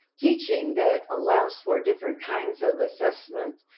teaching that allows for different kinds of assessment.